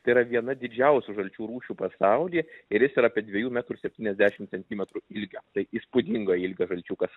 tai yra viena didžiausių žalčių rūšių pasaulyje ir jis yra apie dviejų metrų septyniasdešim centimetrų ilgio tai įspūdingo ilgio žalčiukas